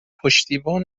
پشتیبان